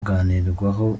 kuganirwaho